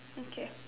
okay